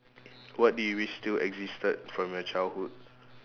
what do you wish still existed from your childhood